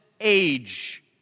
age